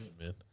man